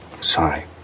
sorry